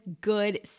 good